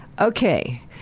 Okay